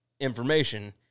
information